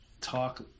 talk